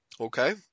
okay